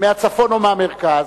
מהצפון או מהמרכז,